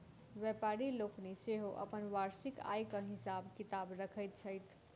व्यापारि लोकनि सेहो अपन वार्षिक आयक हिसाब किताब रखैत छथि